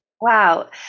Wow